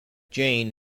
jane